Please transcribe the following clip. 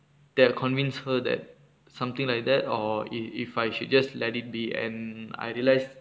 that I convinced her that something like that or if I should just let it be and I realised